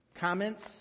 Comments